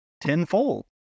tenfold